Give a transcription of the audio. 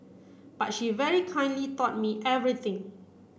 but she very kindly taught me everything